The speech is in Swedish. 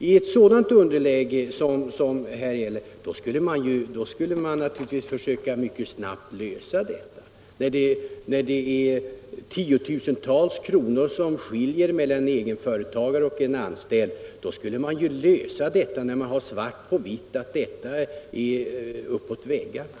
Naturligtvis borde något göras för att snabbt försöka lösa problemet. När man har svart på vitt på att det är tiotusentals kronor som avgiftsmässigt skiljer mellan en egenföretagare och en anställd är det uppåt väggarna att ingenting görs.